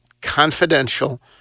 confidential